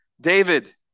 David